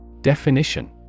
Definition